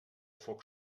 foc